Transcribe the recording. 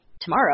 tomorrow